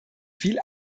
viel